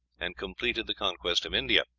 and completed the conquest of india.